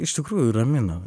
iš tikrųjų ramina